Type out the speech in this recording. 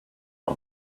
for